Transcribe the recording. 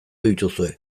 dituzue